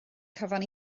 cyfan